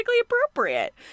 appropriate